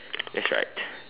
that's right